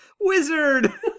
Wizard